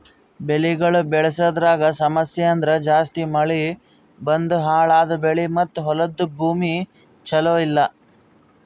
ಬೆಳಿಗೊಳ್ ಬೆಳಸದ್ರಾಗ್ ಸಮಸ್ಯ ಅಂದುರ್ ಜಾಸ್ತಿ ಮಳಿ ಬಂದು ಹಾಳ್ ಆದ ಬೆಳಿ ಮತ್ತ ಹೊಲದ ಭೂಮಿ ಚಲೋ ಇಲ್ಲಾ